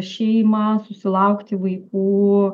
šeimą susilaukti vaikų